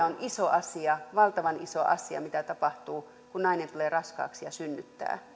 on iso asia valtavan iso asia mitä tapahtuu kun nainen tulee raskaaksi ja synnyttää